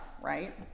Right